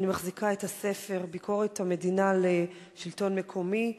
אני מחזיקה את הספר: ביקורת המדינה על השלטון המקומי.